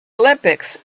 olympics